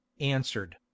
answered